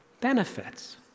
benefits